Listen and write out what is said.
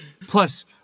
Plus